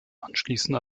anschließend